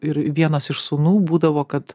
ir vienas iš sūnų būdavo kad